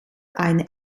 eine